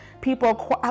people